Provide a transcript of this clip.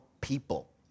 people